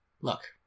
Look